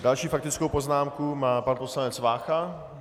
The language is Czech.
Další faktickou poznámku má pan poslanec Vácha.